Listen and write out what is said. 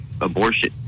abortion